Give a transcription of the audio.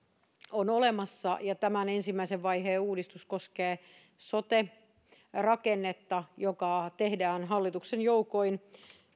on olemassa ja tämän ensimmäisen vaiheen uudistus koskee sote rakennetta joka tehdään hallituksen joukoin